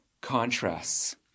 contrasts